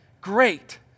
great